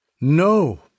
No